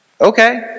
Okay